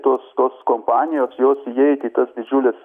tos tos kompanijos jos įeit į tas didžiulis